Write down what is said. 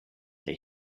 they